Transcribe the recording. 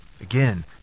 again